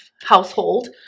household